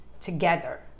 together